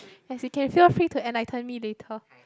yes you can feel free to enlighten me later